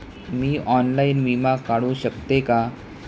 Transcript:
मी online विमा काढू शकते का?